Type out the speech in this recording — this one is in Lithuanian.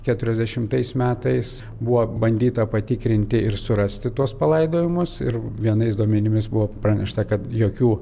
keturiasdešimtais metais buvo bandyta patikrinti ir surasti tuos palaidojimus ir vienais duomenimis buvo pranešta kad jokių